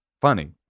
funny